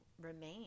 remain